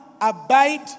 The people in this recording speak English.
abide